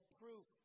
proof